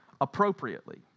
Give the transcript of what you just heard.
appropriately